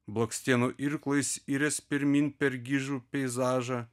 blakstienų irklais irias pirmyn per gižų peizažą